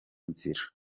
inzira